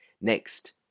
Next